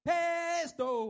Pesto